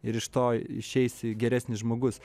ir iš to išeisi geresnis žmogus